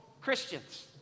Christians